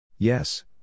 Yes